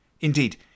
Indeed